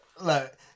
Look